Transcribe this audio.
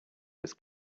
was